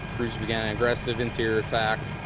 crews began an agressive interior attack.